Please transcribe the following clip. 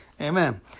Amen